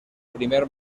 primer